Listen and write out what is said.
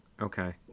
Okay